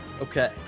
Okay